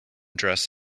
dress